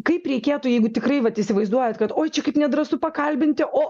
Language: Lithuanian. kaip reikėtų jeigu tikrai vat įsivaizduojat kad oi čia kaip nedrąsu pakalbinti o